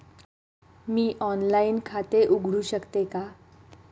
मी online चालू खाते उघडू शकते का?